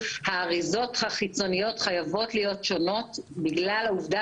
האריזות החיצוניות חייבות להיות שונות בגלל העובדה